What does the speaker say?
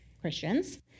Christians